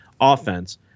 offense